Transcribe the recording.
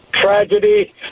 tragedy